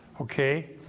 Okay